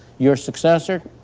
your successor,